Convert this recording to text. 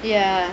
ya